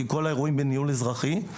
כי כל האירועים בניהול אזרחי.